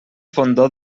fondó